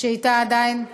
שאתה עדיין,